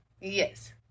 yes